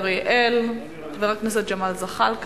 הנושא הבא על סדר-היום: הצעת חוק ההתייעלות הכלכלית